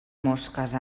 mosques